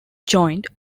joined